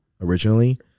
originally